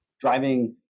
driving